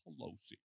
Pelosi